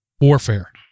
warfare